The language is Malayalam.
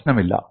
പ്രശ്നമില്ല